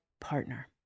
partner